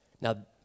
Now